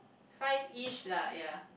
five ish lah ya